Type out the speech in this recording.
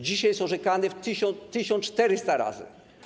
Dzisiaj jest orzekany 1400 razy.